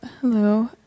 Hello